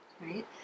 Right